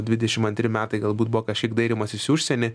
dvidešimt antri metai galbūt buvo kažkiek dairymasis į užsienį